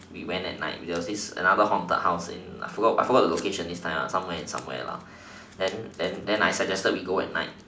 we went at night we got this another haunted house in I forgot I forgot the location this time somewhere and somewhere lah then then I suggested we go at night